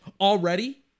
already